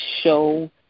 show